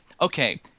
okay